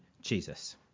Jesus